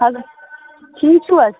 اَدٕ حظ ٹھیٖک چھُو حظ